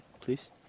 please